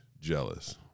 jealous